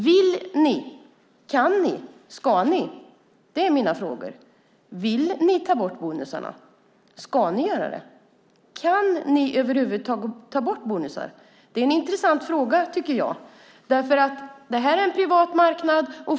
Vill ni? Kan ni? Ska ni? Det är mina frågor. Vill ni ta bort bonusarna? Ska ni göra det? Kan ni över huvud taget ta bort bonusar? Det är intressanta frågor. Det är fråga om en privat marknad.